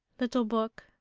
little book,